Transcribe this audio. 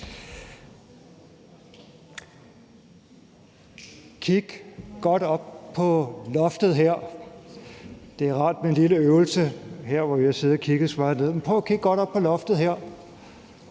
Kig godt op på loftet her. Det er rart med en lille øvelse her, hvor vi har siddet og kigget så meget ned. Prøv at kigge godt op på loftet her,